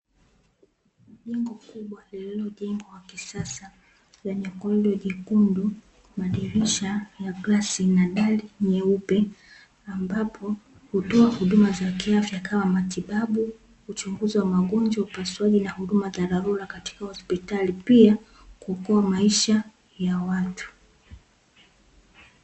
Jengo kubwa lililojengwa kisasa, lenye korido jekundu, madirisha ya glasi na dari nyeupe, ambapo hutoa huduma za kiafya, kama matibabu, kuchunguza magonjwa, upasuaji na huduma za dharura katika hospitali pia kuokoa maisha ya watu.